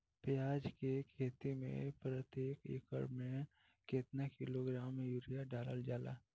प्याज के खेती में प्रतेक एकड़ में केतना किलोग्राम यूरिया डालल जाला?